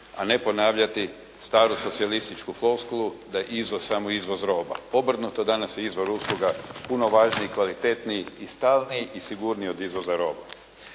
a ne ponavljati staru socijalističku floskulu da je izvoz samo izvoz roba. Obrnuto, danas je izvoz usluga puno važniji, kvalitetniji i stalniji i sigurniji od izvoza roba.